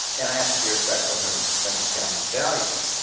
and i have to be respectful of every every family's values,